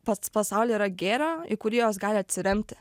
pats pasaulyje yra gėrio į kurį jos gali atsiremti